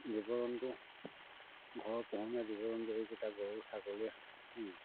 জীৱ জন্তু ঘৰৰ পোহনীয়া জীৱ জন্তু এইকেইটা গৰু ছাগলী